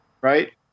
right